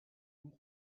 loup